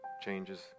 changes